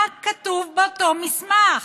מה כתוב באותו מסמך.